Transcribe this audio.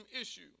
issue